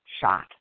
shot